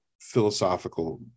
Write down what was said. philosophical